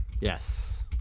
Yes